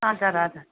हजुर हजुर